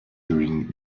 during